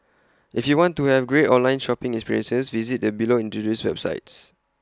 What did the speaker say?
if you want to have great online shopping experiences visit the below introduced websites